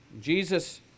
Jesus